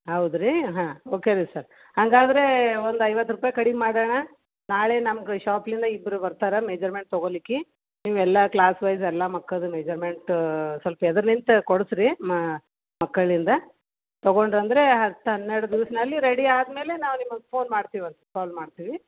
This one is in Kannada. ಹೌದಾ ರೀ ಹಾಂ ಓಕೆ ರೀ ಸರ್ ಹಾಗಾದ್ರೆ ಒಂದು ಐವತ್ತು ರೂಪಾಯಿ ಕಡಿಮೆ ಮಾಡೋಣ ನಾಳೆ ನಮ್ಮ ಷಾಪಿಂದ ಇಬ್ರು ಬರ್ತಾರೆ ಮೆಜರ್ಮೆಂಟ್ ತಗೋಲಿಕ್ಕೆ ನೀವು ಎಲ್ಲ ಕ್ಲಾಸ್ವೈಸ್ ಎಲ್ಲ ಮಕ್ಕಳ್ದು ಮೆಜರ್ಮೆಂಟ್ ಸ್ವಲ್ಪ್ ಎದುರು ನಿಂತು ಕೊಡಿಸ್ರಿ ಮ ಮಕ್ಕಳಿಂದ ತೊಗೊಂಡ್ರು ಅಂದರೆ ಹತ್ತು ಹನ್ನೆರಡು ದಿವ್ಸ್ದಲ್ಲಿ ರೆಡಿ ಆದಮೇಲೆ ನಾವು ನಿಮಗೆ ಫೋನ್ ಮಾಡ್ತೀವಂತೆ ಕಾಲ್ ಮಾಡ್ತೀವಿ